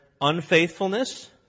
unfaithfulness